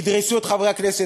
ידרסו את חברי הכנסת,